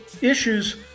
issues